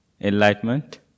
enlightenment